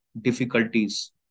difficulties